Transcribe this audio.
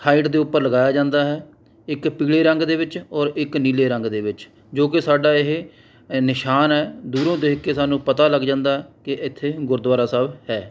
height ਦੇ ਉੱਪਰ ਲਗਾਇਆ ਜਾਂਦਾ ਹੈ ਇੱਕ ਪੀਲੇ ਰੰਗ ਦੇ ਵਿੱਚ ਔਰ ਇੱਕ ਨੀਲੇ ਰੰਗ ਦੇ ਵਿੱਚ ਜੋ ਕਿ ਸਾਡਾ ਇਹ ਨਿਸ਼ਾਨ ਹੈ ਦੂਰੋਂ ਦੇਖ ਕੇ ਸਾਨੂੰ ਪਤਾ ਲੱਗ ਜਾਂਦਾ ਕਿ ਇੱਥੇ ਗੁਰਦੁਆਰਾ ਸਾਹਿਬ ਹੈ